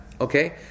Okay